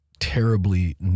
terribly